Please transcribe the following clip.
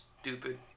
Stupid